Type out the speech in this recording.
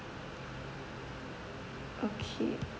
okay